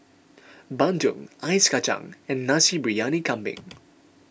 Bandung Ice Kacang and Nasi Briyani Kambing